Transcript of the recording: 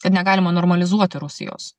kad negalima normalizuoti rusijos